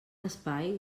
espai